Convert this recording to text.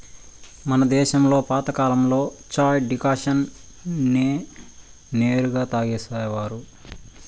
మన దేశంలో పాతకాలంలో చాయ్ డికాషన్ నే నేరుగా తాగేసేవారు